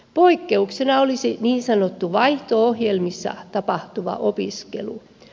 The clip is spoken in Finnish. poikkeuksena olisi niin sanottu vaihto ohjelmissa tapahtuva opiskelu